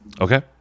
Okay